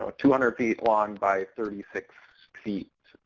ah two hundred feet long by thirty six feet